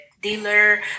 dealer